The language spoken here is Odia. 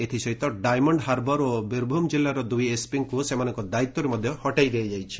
ଏଥିସହିତ ଡାଇମଣ୍ଡ ହାର୍ବର ଓ ବୀରଭୂମ ଜିଲ୍ଲାର ଦୁଇ ଏସ୍ପିଙ୍କୁ ସେମାନଙ୍କ ଦାୟିତ୍ୱରୁ ହଟାଇ ଦିଆଯାଇଛି